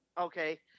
Okay